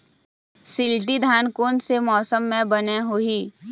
शिल्टी धान कोन से मौसम मे बने होही?